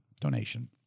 donation